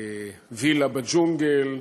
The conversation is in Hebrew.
וילה בג'ונגל,